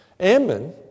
Ammon